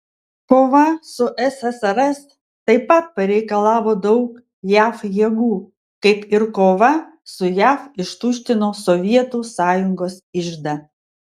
kova su ssrs taip pat pareikalavo daug jav jėgų kaip ir kova su jav ištuštino sovietų sąjungos iždą